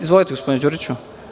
Izvolite gospodine Đuriću.